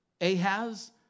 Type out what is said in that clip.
Ahaz